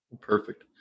Perfect